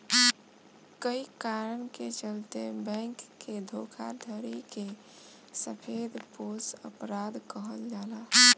कए कारण के चलते बैंक के धोखाधड़ी के सफेदपोश अपराध कहल जाला